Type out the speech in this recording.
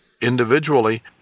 Individually